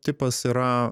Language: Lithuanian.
tipas yra